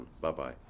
Bye-bye